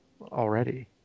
already